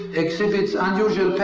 exhibits unusual